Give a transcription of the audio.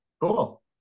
Cool